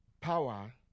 power